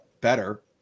better